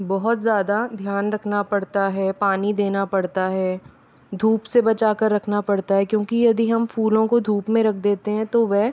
बहुत ज़्यादा ध्यान रखना पड़ता है पानी देना पड़ता है धूप से बचाकर रखना पड़ता है क्योंकि यदि हम फूलों को धूप मे रख देते हैं तो वह